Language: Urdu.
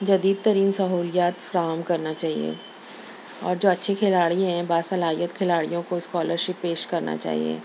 جدید ترین سہولیات فراہم کرنا چاہیے اور جو اچھے کھلاڑی ہیں باصلاحیت کھلاڑیوں کو اسکالرشپ پیش کرنا چاہیے